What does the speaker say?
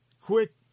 Quick